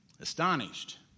Astonished